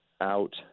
out